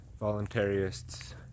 voluntarists